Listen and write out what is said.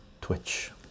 Twitch